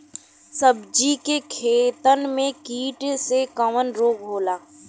सब्जी के खेतन में कीट से कवन रोग होला?